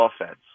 offense